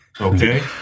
Okay